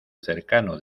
cercano